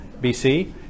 BC